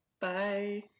bye